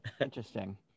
Interesting